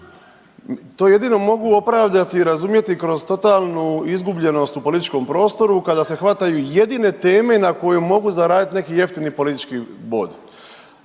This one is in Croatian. To jedino mogu opravdati, razumjeti kroz totalnu izgubljenost u političkom prostoru kada se hvataju jedine teme na koju mogu zaraditi neki neftini politički bod.